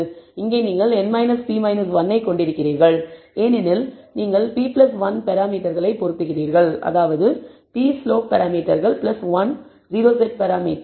இங்கே நீங்கள் n p 1 ஐக் கொண்டிருக்கிறீர்கள் ஏனெனில் நீங்கள் p 1 பராமீட்டர்களை பொருத்துகிறீர்கள் அதாவது p ஸ்லோப் பராமீட்டர்கள் 1 o செட் பராமீட்டர்